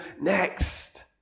next